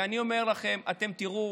ואני אומר לכם, אתם תראו